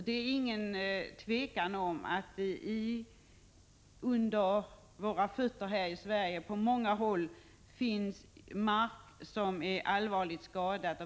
Det är inget tvivel om att det på många håll i Sverige finns mark som är allvarligt skadad.